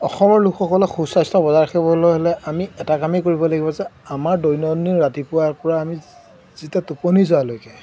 অসমৰ লোকসকলে সুস্বাস্থ্য বজাই ৰাখিবলৈ হ'লে আমি এটা কামেই কৰিব লাগিব যে আমাৰ দৈনন্দিন ৰাতিপুৱাৰপৰা আমি যেতিয়া টোপনি যোৱালৈকে